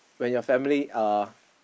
when your family uh